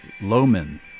Loman